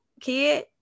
kid